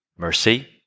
Mercy